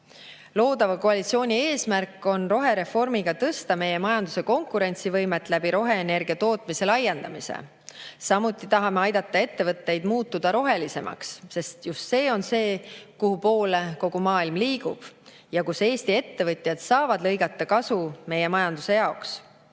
Loodava koalitsiooni eesmärk on rohereformiga tõsta meie majanduse konkurentsivõimet roheenergia tootmise laiendamise abil. Samuti tahame aidata ettevõtetel rohelisemaks muutuda, sest just sinnapoole kogu maailm liigub ja Eesti ettevõtjad saavad sellest lõigata kasu meie majanduse jaoks.